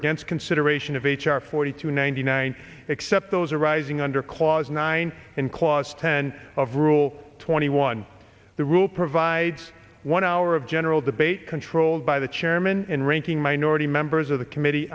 against consideration of h r forty two ninety nine except those arising under clause nine and clause ten of rule twenty one the rule provides one hour of general debate controlled by the chairman and ranking minority members of the committee